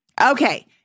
Okay